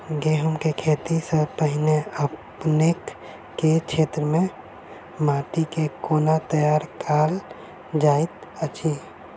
गेंहूँ केँ खेती सँ पहिने अपनेक केँ क्षेत्र मे माटि केँ कोना तैयार काल जाइत अछि?